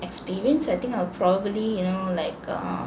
experience I think I'll probably you know like err